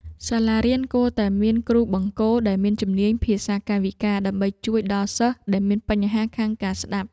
សាលារៀនគួរតែមានគ្រូបង្គោលដែលមានជំនាញភាសាកាយវិការ ដើម្បីជួយដល់សិស្សដែលមានបញ្ហាខាងការស្តាប់។